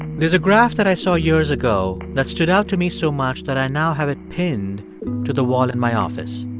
there's a graph that i saw years ago that stood out to me so much that i now have it pinned to the wall in my office.